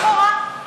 הכול לכאורה.